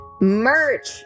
merch